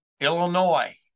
Illinois